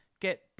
get